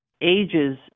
ages